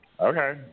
okay